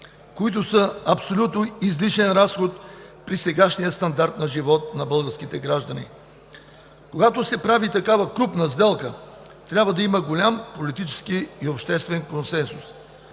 които са абсолютно излишен разход при сегашния стандарт на живот на българските граждани. Когато се прави такава крупна сделка, трябва да има голям политически и обществен консенсус.